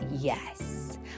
Yes